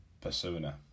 Persona